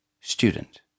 Student